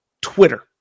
Twitter